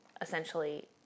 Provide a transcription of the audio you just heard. essentially